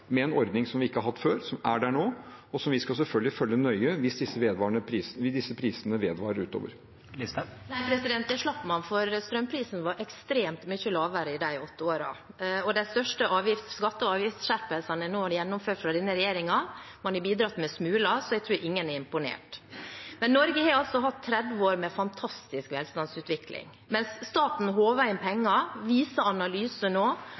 med en ordning som vi ikke har hatt før, som er der nå, og som vi selvfølgelig skal følge nøye hvis disse prisene vedvarer utover. Sylvi Listhaug – til oppfølgingsspørsmål. Nei, det slapp man, for strømprisene var ekstremt mye lavere i de åtte årene, og med de største skatte- og avgiftsskjerpelsene man nå har gjennomført fra denne regjeringen, har man bidratt med smuler, så jeg tror ingen er imponert. Men Norge har altså hatt 30 år med fantastisk velstandsutvikling. Mens staten håver inn penger, viser analyser nå